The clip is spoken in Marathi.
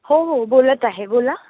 हो हो बोलत आहे बोला